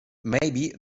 maybe